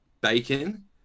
bacon